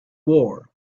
war